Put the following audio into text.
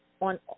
on